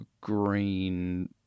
Green